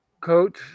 coach